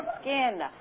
skin